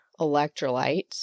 electrolytes